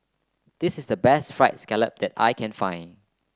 this is the best fried scallop that I can find